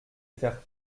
faire